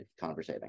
conversating